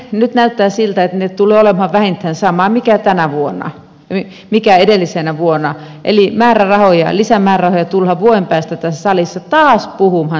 nyt näyttää siltä että ne tulevat olemaan vähintään samat kuin edellisenä vuonna eli lisämäärärahoista tullaan vuoden päästä tässä salissa taas puhumaan samalla tavalla